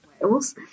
Wales